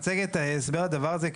במצגת הסבר לדבר הזה,